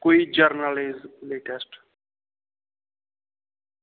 कोई general knowledge latest